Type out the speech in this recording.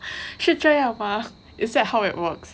是这样吗 is that how it works